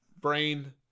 brain